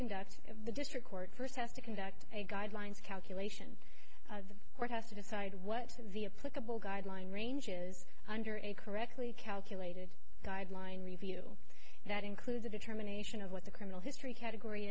conduct the district court first has to conduct a guidelines calculation the court has to decide what the a playable guideline range is under a correctly calculated guideline review that includes a determination of what the criminal history category